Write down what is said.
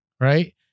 Right